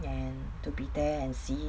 and to be there and see